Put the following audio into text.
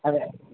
અરે